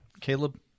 Caleb